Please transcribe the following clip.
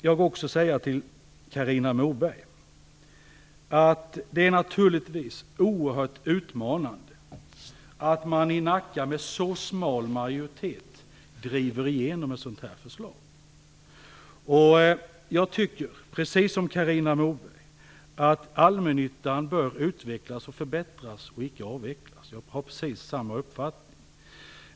Jag vill till Carina Moberg säga att det naturligtvis är oerhört utmanande att man i Nacka med en så smal majoritet driver igenom ett sådant förslag. Jag tycker, precis som Carina Moberg, att allmännyttan bör utvecklas och förbättras och inte avvecklas. Jag har precis samma uppfattning.